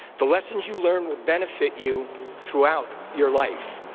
the lessons you learn will benefit you throughout your life.